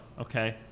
okay